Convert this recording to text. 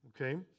okay